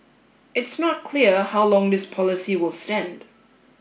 it's not clear how long this policy will stand